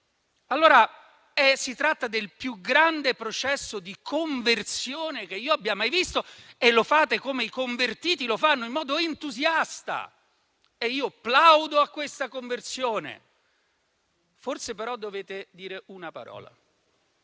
altro. Si tratta del più grande processo di conversione che io abbia mai visto e lo fate come i convertiti: in modo entusiasta. Io plaudo a questa conversione, però forse dovete dire una parola